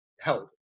held